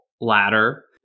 ladder